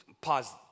pause